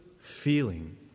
feeling